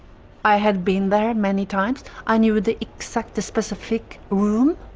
i had been there many times. i knew the exact specific room.